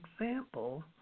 example